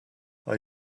are